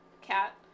Cat